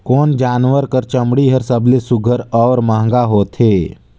कोन जानवर कर चमड़ी हर सबले सुघ्घर और महंगा होथे?